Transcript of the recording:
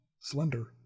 slender